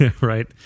Right